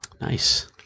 Nice